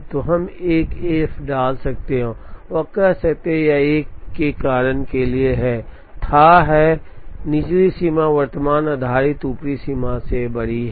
तो हम एक एफ डाल सकते हैं और कह सकते हैं कि यह एक ही कारण के लिए थाह है कि निचली सीमा वर्तमान आधारित ऊपरी सीमा से बड़ी है